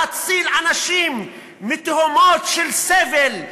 להציל אנשים מתהומות של סבל,